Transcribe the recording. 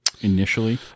initially